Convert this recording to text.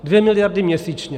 Dvě miliardy měsíčně.